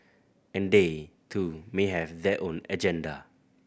and they too may have their own agenda